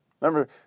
remember